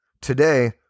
Today